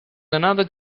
another